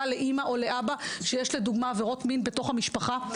לאימא או לאבא שיש לדוגמה עבירות מין בתוך המשפחה,